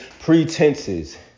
pretenses